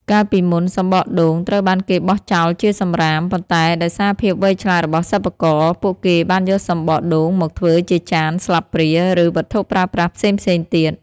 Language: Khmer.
កាលពីមុន សំបកដូងត្រូវបានគេបោះចោលជាសំរាម ប៉ុន្តែដោយសារភាពវៃឆ្លាតរបស់សិប្បករ ពួកគេបានយកសម្បកដូងមកធ្វើជាចាន ស្លាបព្រា ឬវត្ថុប្រើប្រាស់ផ្សេងៗទៀត។